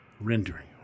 Rendering